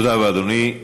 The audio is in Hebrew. תודה רבה, אדוני.